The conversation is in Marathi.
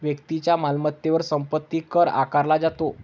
व्यक्तीच्या मालमत्तेवर संपत्ती कर आकारला जातो